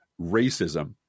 racism